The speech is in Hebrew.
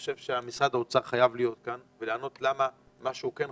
משרד האוצר חייב להיות כאן ולענות למה הוא לא נותן את